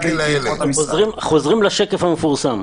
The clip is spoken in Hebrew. חוזרים לשקף המפורסם.